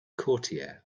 courtier